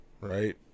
right